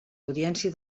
audiència